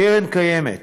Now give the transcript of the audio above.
הקרן הקיימת,